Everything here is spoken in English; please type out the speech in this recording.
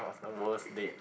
of the worst date